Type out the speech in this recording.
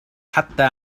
حتى